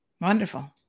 Wonderful